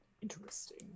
interesting